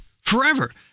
forever